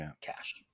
cash